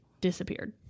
disappeared